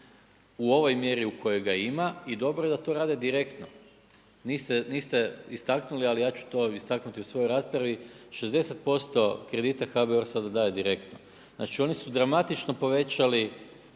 u ovoj mjeri u kojoj ga ima i dobro je da to rade direktno. Niste istaknuli ali ja ću to istaknuti u svojoj raspravi, 60% kredita HBOR sada daje direktno. Znači oni su dramatično povećali